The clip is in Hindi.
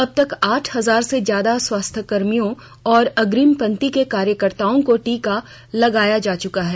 अब तक आठ हजार से ज्यादा स्वास्थ्य कर्मियों और अग्रिम पंक्ति के कार्यकर्ताओं को टीके लगाये जा चुके हैं